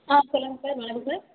sir சொல்லுங்கள் sir யார் sir